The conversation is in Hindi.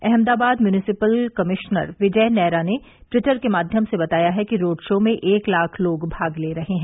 अहमदाबाद म्युनिसिपल कमिश्नर विजय नैरा ने टिवटर के माध्यम से बताया है कि रोडशो में एक लाख लोग भाग ले रहे हैं